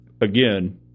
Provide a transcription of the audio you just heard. Again